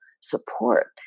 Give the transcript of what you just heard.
support